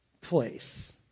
place